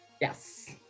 yes